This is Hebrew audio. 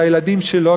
זה הילדים שלו,